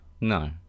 No